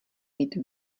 mít